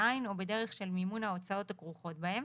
בעין או בדרך של מימון ההוצאות הכרוכות בהם,